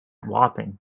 wapping